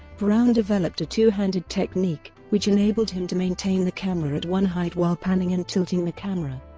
brown developed a two-handed technique, which enabled him to maintain the camera at one height while panning and tilting the camera.